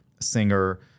singer